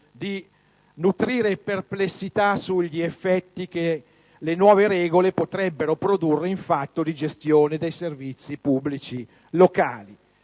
di nutrire perplessità sugli effetti che le nuove regole potrebbero produrre in fatto di gestione dei servizi pubblici locali.